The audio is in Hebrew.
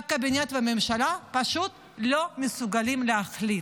והקבינט והממשלה פשוט לא מסוגלים להחליט.